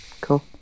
Cool